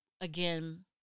again